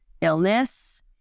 illness